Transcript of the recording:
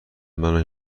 منو